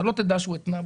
אתה לא תדע שהוא התנה.